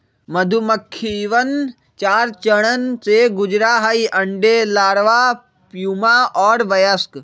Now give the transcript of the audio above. मधुमक्खिवन चार चरण से गुजरा हई अंडे, लार्वा, प्यूपा और वयस्क